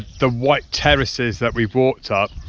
the white terraces that we've walked up,